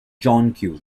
john